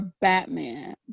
Batman